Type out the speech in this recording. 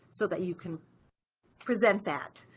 so that you can present that